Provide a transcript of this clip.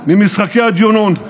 מ"משחקי הדיונון".